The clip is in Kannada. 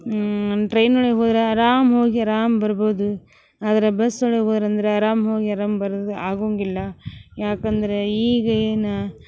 ಒಂದು ಟ್ರೈನ್ ಒಳಗ ಹೋದ್ರೆ ಅರಾಮು ಹೋಗಿ ಅರಾಮ ಬರ್ಬೋದು ಆದ್ರೆ ಬಸ್ ಒಳಗ ಹೋದ್ರಂದ್ರೆ ಅರಾಮು ಹೋಗಿ ಅರಾಮು ಬರದು ಆಗೊಂಗಿಲ್ಲಾ ಯಾಕಂದರೆ ಈಗಿನ